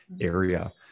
area